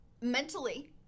mentally